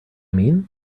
mean